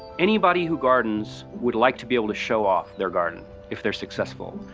anybody who gardens would like to be able to show off their garden if they're successful.